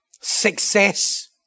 success